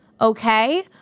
okay